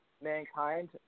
mankind